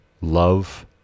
love